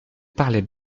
parlait